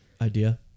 idea